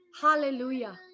hallelujah